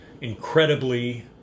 incredibly